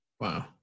wow